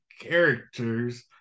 characters